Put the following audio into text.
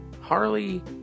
Harley